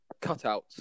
cutouts